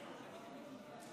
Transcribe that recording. יקרא